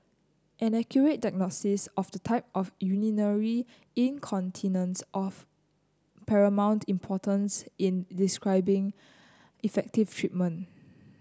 an accurate diagnosis of the type of urinary incontinence of paramount importance in prescribing effective treatment